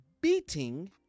beating